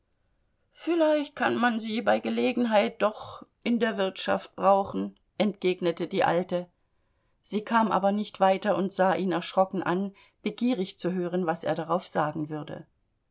vielleicht kann man sie bei gelegenheit doch in der wirtschaft brauchen entgegnete die alte sie kam aber nicht weiter und sah ihn erschrocken an begierig zu hören was er darauf sagen würde